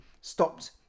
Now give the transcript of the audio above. stopped